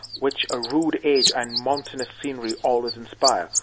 which a rude age and mountainous scenery always inspire,